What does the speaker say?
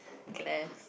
glare